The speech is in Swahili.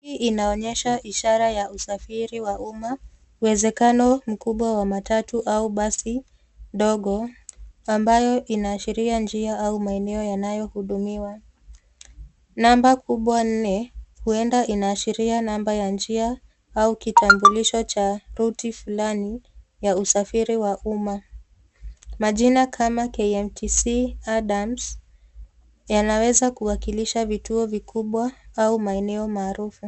Hii inaonyesha ishara ya usafiri wa umma uwezekano mkubwa wa matatu au basi dogo ambayo inaashiria njia au maeneo yanayohudumiwa. Namba kubwa nne huenda inaashiria namba ya njia au kitambulisho cha ruti fulani ya usafiri wa umma. Majina kama k m t c adams yanaweza kuwakilisha vituo vikubwa au maeneo maarufu.